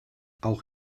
auch